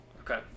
Okay